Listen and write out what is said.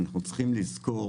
אנחנו צריכים לזכור